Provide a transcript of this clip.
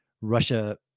Russia